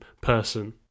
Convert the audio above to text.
person